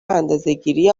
اندازهگیری